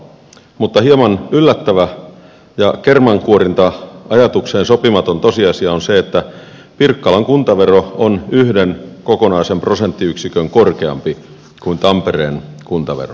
mutta hieman yllättävä ja kermankuorinta ajatukseen sopimaton tosiasia on se että pirkkalan kuntavero on yhden kokonaisen prosenttiyksikön korkeampi kuin tampereen kuntavero